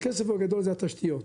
זה התשתיות.